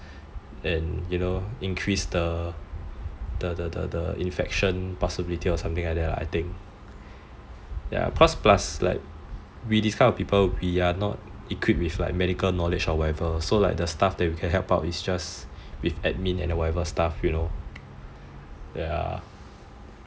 and you know increase the infection pass-ability or something like that lah I think ya cause plus like we this kind of people we are not like equipped with medical knowledge or whatever so like the stuff we can help out is like with admin and whatever stuff you know